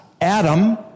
Adam